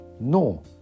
No